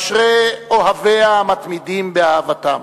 אשרי אוהביה המתמידים באהבתם.